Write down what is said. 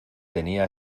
tenía